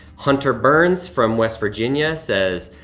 hunter burns from west virginia says,